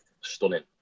stunning